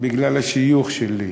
בגלל השיוך שלי,